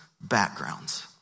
backgrounds